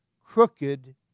crooked